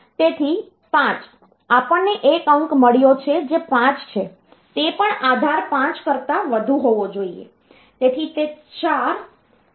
તેથી 5 આપણને એક અંક મળ્યો છે જે 5 છે તે પણ આધાર 5 કરતાં વધુ હોવો જોઈએ